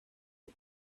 die